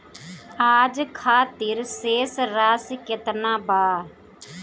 आज खातिर शेष राशि केतना बा?